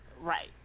right